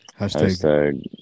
Hashtag